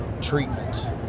treatment